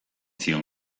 zion